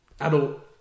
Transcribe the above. adult